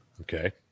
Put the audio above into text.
Okay